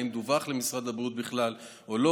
האם דווח בכלל למשרד הבריאות או לא?